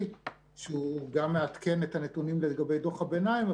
שהוא גם מעדכן את הנתונים לגבי דוח הביניים,